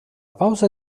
pausa